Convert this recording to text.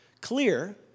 clear